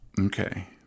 Okay